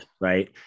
right